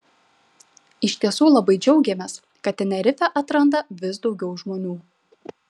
iš tiesų labai džiaugiamės kad tenerifę atranda vis daugiau žmonių